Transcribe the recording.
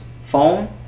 phone